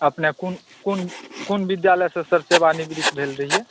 अपने कोन कोन कोन विद्यालयसँ सर सेवानिवृत भेल रहियै